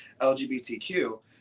LGBTQ